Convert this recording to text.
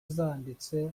zanditse